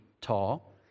tall